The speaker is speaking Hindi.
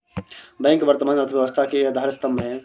बैंक वर्तमान अर्थव्यवस्था के आधार स्तंभ है